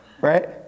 right